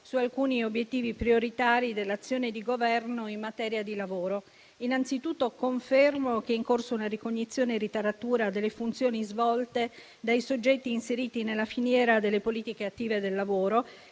su alcuni obiettivi prioritari dell'azione di Governo in materia di lavoro. Innanzitutto, confermo che è in corso una ricognizione e ritaratura delle funzioni svolte dai soggetti inseriti nella filiera delle politiche attive del lavoro